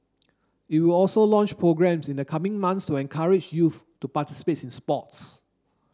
it will also launch programmes in the coming months to encourage youth to participates in sports